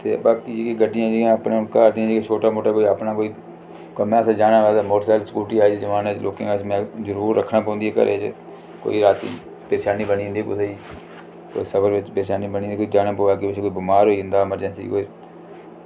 ते बाकी गड्डियां जेह्कियां अपने घर दियां ते अपना छोटा मोटा कोई कम्मै आस्तै जाना होऐ ते मोटरसैकल स्कूटी ते अज्ज दे जमानै ई जरूर रक्खना पौंदी ऐ घरै च कोई रातीं परेशानी बनी जंदी कुसै ई सब्र ई बनी जंदी परेशानी बनी जंदी ते कोई जाना पवै अग्गै पिच्छै कोई बमार होई जंदा एमरजेंसी कोई